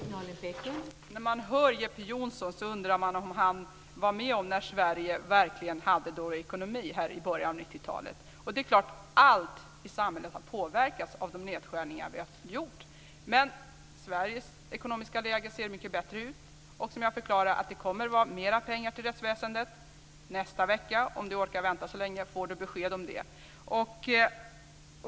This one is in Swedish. Fru talman! När man hör Jeppe Johnsson undrar man om han var med när Sverige verkligen hade dålig ekonomi i början av 90-talet. Det är klart att allt i samhället har påverkats av de nedskärningar vi har gjort. Men Sveriges ekonomiska läge ser mycket bättre ut. Och som jag förklarade kommer det mer pengar till rättsväsendet nästa vecka. Om Jeppe Johnsson orkar vänta så länge får han besked om det.